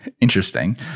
interesting